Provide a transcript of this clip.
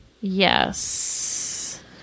Yes